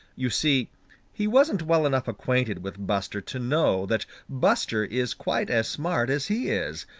you see he wasn't well enough acquainted with buster to know that buster is quite as smart as he is,